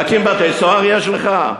להקים בתי-סוהר יש לך?